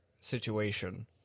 situation